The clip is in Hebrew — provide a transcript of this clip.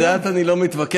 כשזה את, אני לא מתווכח.